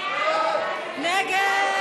סעיף תקציבי